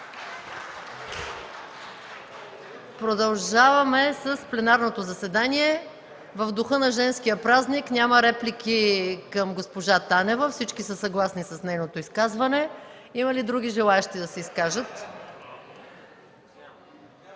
Продължаваме с пленарното заседание. В духа на женския празник няма реплики към госпожа Танева, всички са съгласни с нейното изказване. Има ли други желаещи да се изкажат?